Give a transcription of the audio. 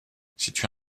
situé